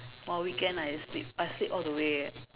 !wah! weekend I sleep I sleep all the way eh